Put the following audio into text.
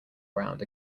ground